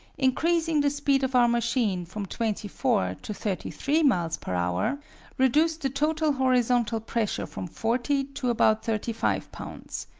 increasing the speed of our machine from twenty four to thirty three miles per hour reduced the total horizontal pressure from forty to about thirty five lbs.